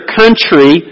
country